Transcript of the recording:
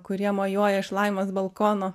kurie mojuoja iš laimos balkono